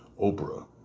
Oprah